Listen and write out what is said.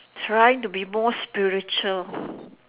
trying to be more spiritual